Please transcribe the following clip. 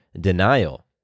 denial